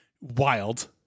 wild